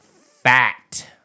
fat